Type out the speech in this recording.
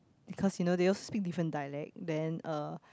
because you know they all speak different dialect then uh